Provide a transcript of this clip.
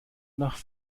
nach